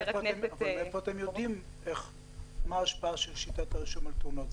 מאיפה אתם יודעים מה ההשפעה של שיטת הרישום על תאונות?